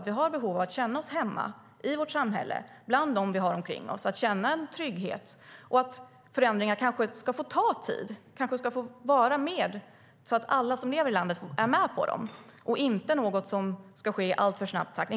Vi har behov av att känna oss hemma i vårt samhälle bland dem vi har omkring oss, att känna trygghet. Förändringar kanske ska få ta tid. Vi kanske ska få vara med så att alla som lever i landet är med på dem. Radikala förändringar är inte något som ska ske i alltför snabb takt.